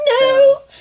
no